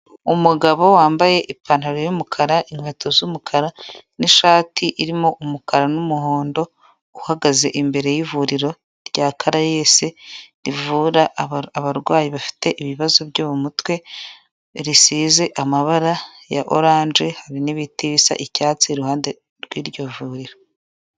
Umugabo wambaye ipantaro y'umukara, inkweto z'umukara n'ishati irimo umukara n'umuhondo, uhagaze imbere y'ivuriro rya Karayesi rivura abarwayi bafite ibibazo byo mu mutwe, risize amabara ya oranje, hari n'ibiti bisa icyatsi iruhande rw'iryo vuriro.